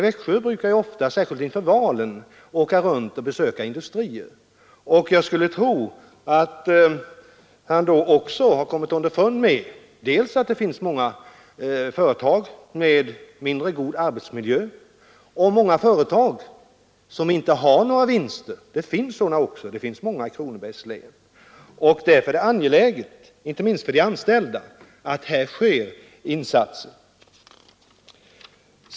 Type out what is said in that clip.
Herr Nilsson brukar ju ofta, särskilt inför valen, åka runt och besöka industrier, och jag skulle tro att han då har kommit underfund med dels att det finns många företag med mindre god arbetsmiljö, dels att det finns många företag som inte har några vinster. Vi har många sådana också i Kronobergs län. Därför är det angeläget, inte minst för de anställda, att här görs insatser.